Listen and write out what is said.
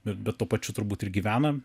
bet tuo pačiu turbūt ir gyvena